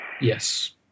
Yes